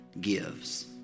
gives